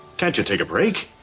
can't you take a break?